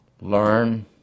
Learn